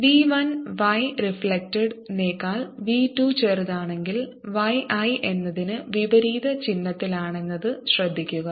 V 1 y reflected നേക്കാൾ v 2 ചെറുതാണെങ്കിൽ y i എന്നതിന് വിപരീത ചിഹ്നത്തിലാണെന്നത് ശ്രദ്ധിക്കുക